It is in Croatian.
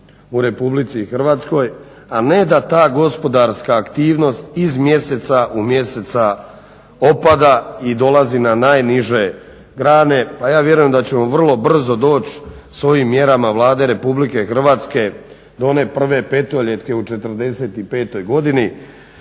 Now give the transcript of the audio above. u Republici Hrvatskoj, a ne da ta gospodarska aktivnost iz mjeseca u mjesec opada i dolazi na najniže grane. Pa ja vjerujem da ćemo vrlo brzo doći s ovim mjerama Vlade Republike Hrvatske do one prve petoljetke u 45 godini,